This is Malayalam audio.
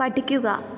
പഠിക്കുക